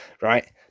right